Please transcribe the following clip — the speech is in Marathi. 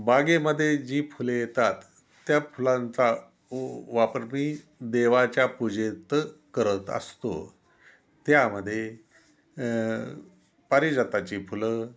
बागेमध्ये जी फुलं येतात त्या फुलांचा व वापर मी देवाच्या पूजेत करत असतो त्यामध्ये पारिजाताची फुलं